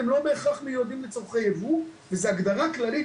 הם לא בהכרח מיועדים לצורכי ייבוא וזו הגדה כללית